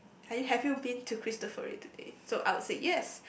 have you have you been to cristoforI today so I'd say yes